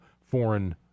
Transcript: foreign